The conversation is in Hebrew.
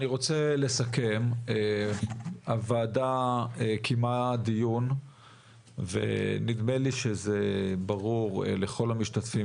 אני רוצה לסכם: הוועדה קיימה דיון ונדמה לי שזה ברור לכל המשתתפים,